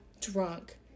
drunk